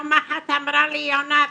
יום אחד היא אמרה לי: יונה,